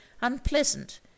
unpleasant